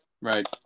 Right